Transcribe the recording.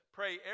pray